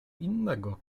innego